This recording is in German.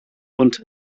und